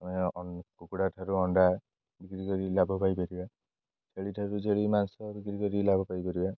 ଆମେ କୁକୁଡ଼ାଠାରୁ ଅଣ୍ଡା ବିକ୍ରି କରି ଲାଭ ପାଇପାରିବା ଛେଳିଠାରୁ ଛେଳି ମାଂସ ବିକ୍ରି କରି ଲାଭ ପାଇପାରିବା